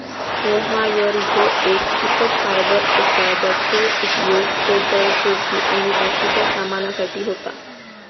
mohair ह्यो एक चिकट फायबर असा ज्याचो उपयोग स्वेटर, टोपी आणि बाकिच्या सामानासाठी होता